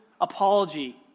apology